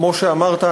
כמו שאמרת,